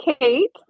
Kate